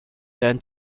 than